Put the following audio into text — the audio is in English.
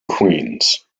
queens